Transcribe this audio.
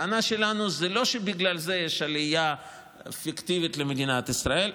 הטענה שלנו: זה לא שבגלל זה יש עלייה פיקטיבית למדינת ישראל,